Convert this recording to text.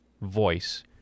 Voice